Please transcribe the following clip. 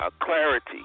clarity